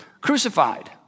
crucified